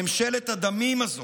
ממשלת הדמים הזאת,